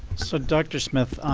so dr smith,